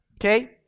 Okay